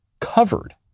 covered